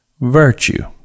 virtue